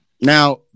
Now